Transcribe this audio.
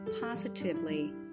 positively